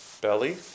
belly